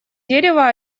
дерево